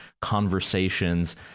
conversations